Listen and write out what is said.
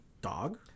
dog